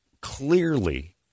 clearly